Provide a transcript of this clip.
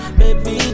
baby